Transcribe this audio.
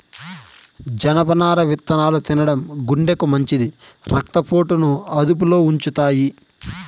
జనపనార విత్తనాలు తినడం గుండెకు మంచిది, రక్త పోటును అదుపులో ఉంచుతాయి